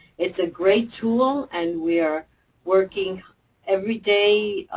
it's a great tool and we are working every day, ah,